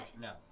no